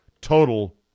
total